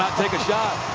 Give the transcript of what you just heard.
take a shot.